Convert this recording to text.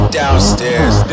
downstairs